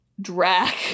drag